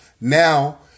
Now